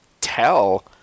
tell